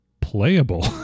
playable